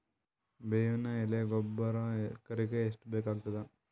ಬೇವಿನ ಎಲೆ ಗೊಬರಾ ಎಕರೆಗ್ ಎಷ್ಟು ಬೇಕಗತಾದ?